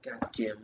goddamn